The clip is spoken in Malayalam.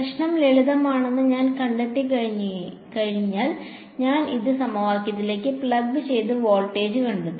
പ്രശ്നം ലളിതമാണെന്ന് ഞാൻ കണ്ടെത്തിക്കഴിഞ്ഞാൽ ഞാൻ അത് ഈ സമവാക്യത്തിലേക്ക് പ്ലഗ് ചെയ്ത് വോൾട്ടേജ് കണ്ടെത്തും